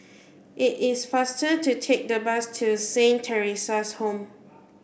it is faster to take the bus to Saint Theresa's Home